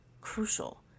crucial